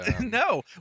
No